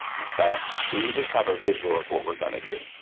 okay? so, you just have a visual of what we're gonna do.